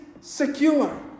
secure